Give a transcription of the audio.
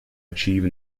achieve